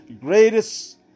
greatest